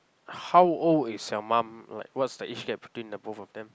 how old is your mum like what's the age gap between the both of them